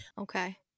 Okay